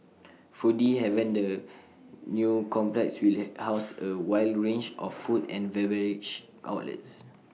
foodie haven the new complex will house A wide range of food and beverage outlets